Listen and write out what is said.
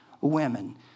women